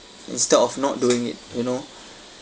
instead of not doing it you know